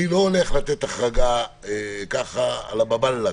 אני לא הולך לתת החרגה על הבאב אללה,